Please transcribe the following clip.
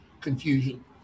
confusion